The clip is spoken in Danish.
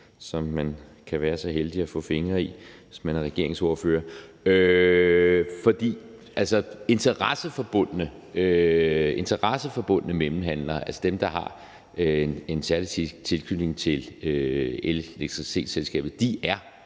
som man kan så være så heldig at få fingre i, hvis man er ordfører for et af regeringspartierne. Interesseforbundne mellemhandlere, altså dem, der har en særlig tilknytning til elektricitetsselskabet, er